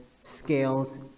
scales